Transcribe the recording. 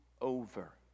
over